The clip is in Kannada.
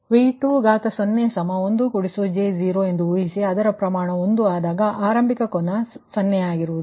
ಆದ್ದರಿಂದ ನೀವು V20 1 j0 ಎಂದು ಊಹಿಸಿ ಅಂದರೆ ಅದರ ಪ್ರಮಾಣ 1 ಆದಾಗ ಆರಂಭಿಕ ಕೋನ 0 ಸರಿಯಲ್ಲವೇ